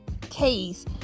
case